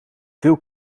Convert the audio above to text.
veel